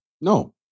No